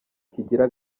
kigira